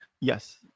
yes